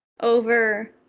over